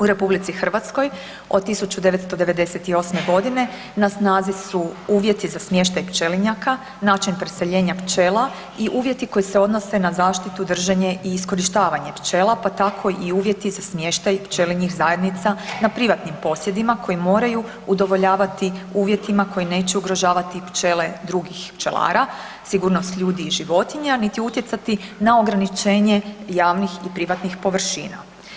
U RH od 1998. g. na snazi su uvjeti za smještaj pčelinjaka, način preseljenja pčela i uvjeti koji se odnose na zaštitu, držanje i iskorištavanje pčela, pa tako i uvjeti za smještaj pčelinjih zajednica na privatnim posjedima koji moraju udovoljavati uvjetima koji neće ugrožavati pčele drugih pčelara, sigurnost ljudi i životinja niti utjecati na ograničenje javnih i privatnih površina.